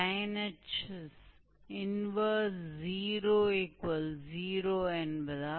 तो होगा 0 और इसलिए हमें कैन्सल करने के लिए के साथ छोड़ देना चाहिए